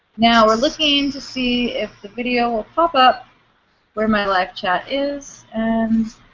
now we're looking to see if the video will pop-up where my live chat is and